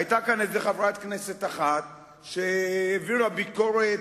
היתה כאן איזו חברת כנסת אחת שהעבירה ביקורת